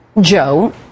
Joe